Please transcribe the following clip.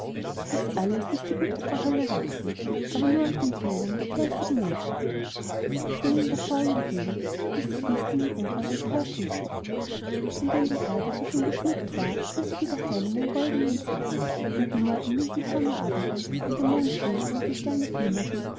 das alles ließ die gute frau holle wachsen aber nur auf den feldern der fleißigen menschen auf denen der faulen dagegen ließ sie disteln und unkraut emporschießen wenn dann die erde so schön geschmückt war fuhr sie wieder heim in ihren goldnen saal und nur an milden sommerabenden wenn der mond schien oder die sterne flimmerten